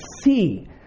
see